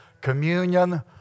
Communion